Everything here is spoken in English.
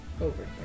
Over